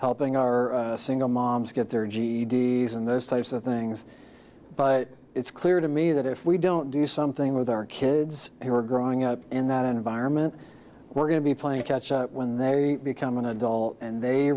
helping our single moms get their ged and those types of things but it's clear to me that if we don't do something with our kids who are growing up in that environment we're going to be playing catch up when they become an adult and they